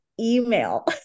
email